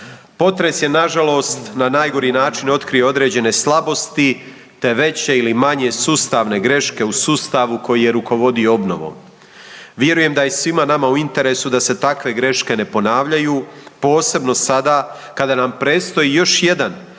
Potres je nažalost na najgori način otkrio određene slabosti, te veće ili manje sustavne greške u sustavu koji je rukovodio obnovom. Vjerujem da je svima nama u interesu da se takve greške ne ponavljaju, posebno sada kada nam predstoji još jedan